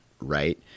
right